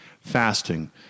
fasting